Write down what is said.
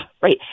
right